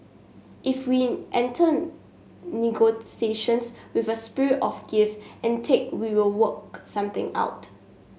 if we enter negotiations with a spirit of give and take we will work something out